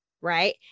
right